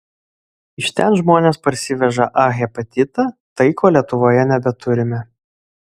iš ten žmonės parsiveža a hepatitą tai ko lietuvoje nebeturime